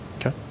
Okay